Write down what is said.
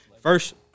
First